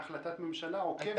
היית החלטת ממשלה עוקבת.